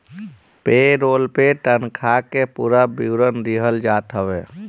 पे role में तनखा के पूरा विवरण दिहल जात हवे